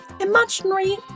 imaginary